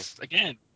Again